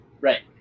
right